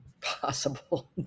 possible